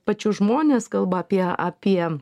pačius žmones kalba apie apie